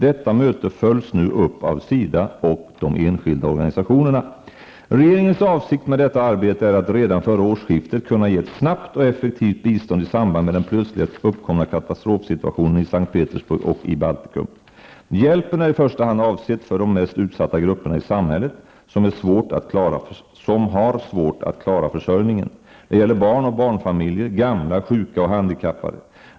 Detta möte följs nu upp av SIDA och de enskilda organisationerna. Regeringens avsikt med detta arbete är att redan före årsskiftet kunna ge ett snabbt och effektivt bistånd i samband med den plötsligt uppkomna katastrofsituationen i S:t Petersburg och i Baltikum. Hjälpen är i första hand avsedd för de mest utsatta grupperna i samhället, som har svårt att klara försörjningen. Det gäller barn och barnfamiljer, gamla, sjuka och handikappade.